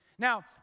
Now